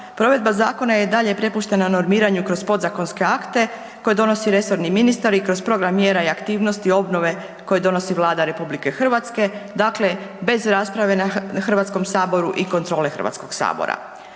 provedba zakona je i dalje prepuštena normiranju kroz podzakonske akte koje donosi resorni ministar i kroz program mjera i aktivnosti obnove koje donosi Vlada RH, dakle bez rasprave na HS i kontrole HS. Stoga